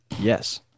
Yes